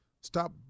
Stop